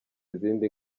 izindi